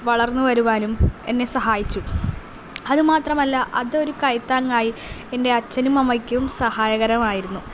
വളർന്ന് വരുവാനും എന്നെ സഹായിച്ചു അതുമാത്രമല്ല അതൊരു കൈത്താങ്ങായി എൻ്റെ അച്ഛനും അമ്മയ്ക്കും സഹായകരമായിരുന്നു